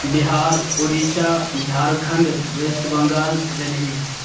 Bihar Orissa Jharkhand West Bengal Delhi